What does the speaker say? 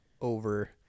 over